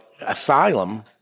asylum